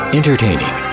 entertaining